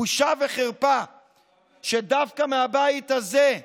בושה וחרפה שדווקא מהבית הזה,